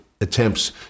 attempts